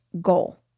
goal